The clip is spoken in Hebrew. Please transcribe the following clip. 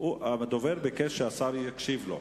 הדובר ביקש שהשר יקשיב לו.